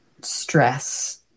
stress